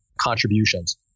contributions